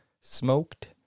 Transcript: Smoked